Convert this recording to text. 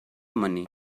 money